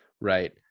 Right